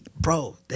Bro